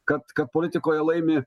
kad kad politikoje laimi